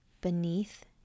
beneath